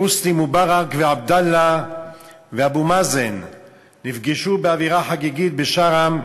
חוסני מובארק ועבדאללה נפגשו באווירה חגיגית בשארם,